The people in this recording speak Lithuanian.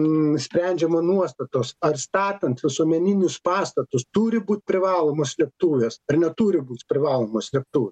nusprendžiama nuostatos ar statant visuomeninius pastatus turi būt privalomos slėptuvės ar neturi būt privalomos slėptu